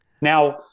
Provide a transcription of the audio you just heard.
Now